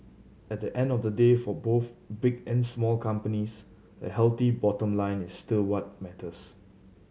at the end of the day for both big and small companies a healthy bottom line is still what matters